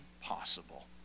possible